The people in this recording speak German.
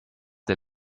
der